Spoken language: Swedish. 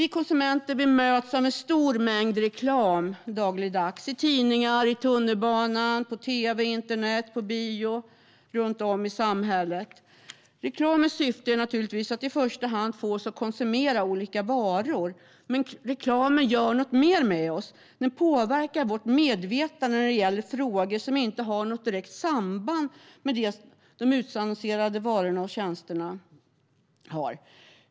Vi konsumenter möts av en stor mängd reklam dagligdags: i tidningar, i tunnelbanan, på tv och internet, på bio och runt om i samhället. Reklamens syfte är naturligtvis i första hand att få oss att konsumera olika varor. Men reklamen gör något mer med oss. Den påverkar vårt medvetande när det gäller frågor som inte har något direkt samband med de utannonserade varorna och tjänsterna.